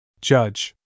Judge